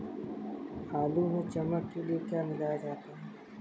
आलू में चमक के लिए क्या मिलाया जाता है?